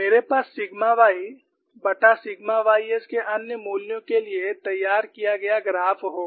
मेरे पास सिग्मा yसिग्मा ys के अन्य मूल्यों के लिए तैयार किया गया ग्राफ होगा